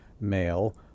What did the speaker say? male